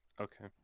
okay